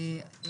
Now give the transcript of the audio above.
נכון.